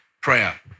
prayer